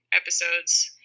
episodes